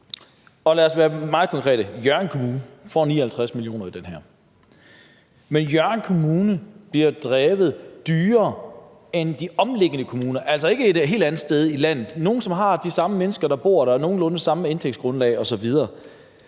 og lad os være meget konkrete: Hjørring Kommune får 59 mio. kr. Men Hjørring Kommune bliver drevet dyrere end de omliggende kommuner – altså ikke kommuner et helt andet sted i landet, men nogle, som har de samme mennesker, der bor der, og nogenlunde samme indtægtsgrundlag osv.